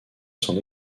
son